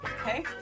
Okay